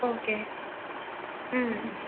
okay ம்